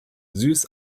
süß